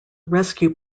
rescue